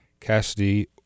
Cassidy